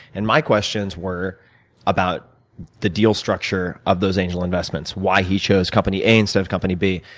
and my questions were about the deal structure of those angel investments. why he chose company a, instead of company b.